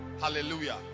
Hallelujah